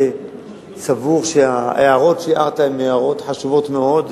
בהחלט סבור שההערות שהערת הן הערות חשובות מאוד,